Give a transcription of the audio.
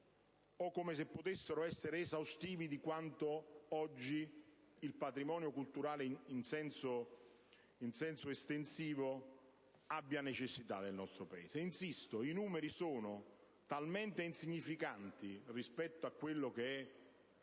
o come se potessero essere esaustive di quanto oggi il patrimonio culturale in senso estensivo abbia necessità nel nostro Paese. Insisto: i numeri sono talmente insignificanti rispetto alla